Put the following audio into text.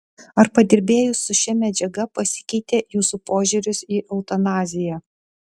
ar padirbėjus su šia medžiaga pasikeitė jūsų požiūris į eutanaziją